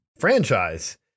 Franchise